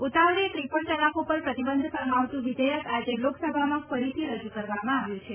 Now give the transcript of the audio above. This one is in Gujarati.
ઉતાવળે ટ્રિપલ તલાક ઉપર પ્રતિબંધ ફરમાવતું વિવેયક આજે લોકસભામાં ફરીથી રજૂ કરવામાં આવ્યું છે